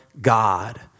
God